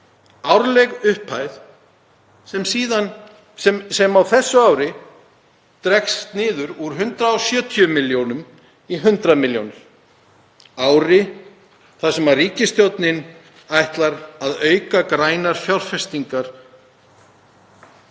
Árleg upphæð sem á þessu ári dregst úr 170 milljónum niður í 100 milljónir á ári þar sem ríkisstjórnin ætlar að auka grænar fjárfestingar